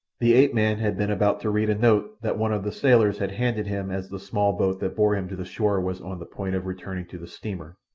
the ape-man had been about to read a note that one of the sailors had handed him as the small boat that bore him to the shore was on the point of returning to the steamer,